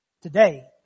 Today